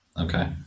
Okay